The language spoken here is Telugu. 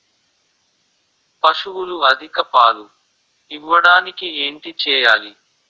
పశువులు అధిక పాలు ఇవ్వడానికి ఏంటి చేయాలి